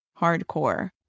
hardcore